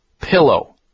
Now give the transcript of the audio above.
pillow